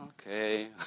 okay